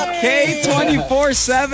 k247